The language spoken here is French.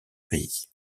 pays